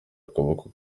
akaboko